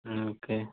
okay